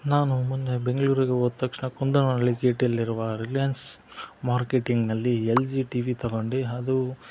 ನಾನು ಮೊನ್ನೆ ಬೆಂಗಳೂರಿಗೆ ಹೋದ ತಕ್ಷಣ ಕುಂದನಹಳ್ಳಿ ಗೇಟಲ್ಲಿರುವ ರಿಲಯನ್ಸ್ ಮಾರ್ಕೆಟಿಂಗ್ನಲ್ಲಿ ಎಲ್ ಜಿ ಟಿ ವಿ ತಗೊಂಡು ಅದು